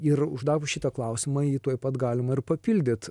ir uždavus šitą klausimą jį tuoj pat galima ir papildyt